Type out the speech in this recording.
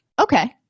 Okay